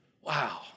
Wow